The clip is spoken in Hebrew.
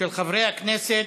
של חברי הכנסת